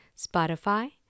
Spotify